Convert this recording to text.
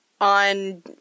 on –